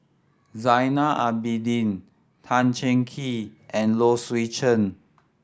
Zainal Abidin Tan Cheng Kee and Low Swee Chen